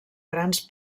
grans